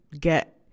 get